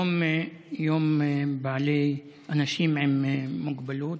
היום יום האנשים עם מוגבלות,